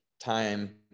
time